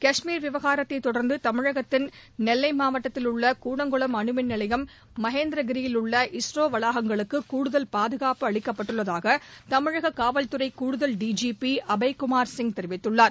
கஷ்மீர் விவகாரத்தைத் தொடர்ந்து தமிழகத்தின் நெல்லை மாவட்டத்தில் உள்ள கூடங்குளம் அணுமின் நிலையம் மகேந்திர கிரியில் உள்ள இஸ்ரோ வளாகங்களுக்கு கூடுதல் பாதுகாப்பு அளிக்கப்பட்டுள்ளதாக தமிழக காவல்துறை கூடுதல் D G P Abhaykumar Singh தெரிவித்துள்ளார்